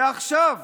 ועכשיו